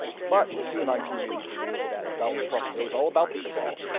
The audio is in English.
but the qanon like community believes that donald trump knows all about this cabal,